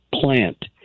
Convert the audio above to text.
plant